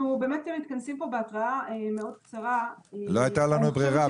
אנחנו מתכנסים פה בהתראה מאוד קצרה --- לא הייתה לנו ברירה,